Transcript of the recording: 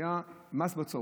היה מס בצורת,